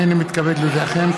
הינני מתכבד להודיעכם,